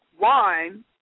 wine